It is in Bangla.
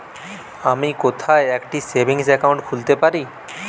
আমি কোথায় একটি সেভিংস অ্যাকাউন্ট খুলতে পারি?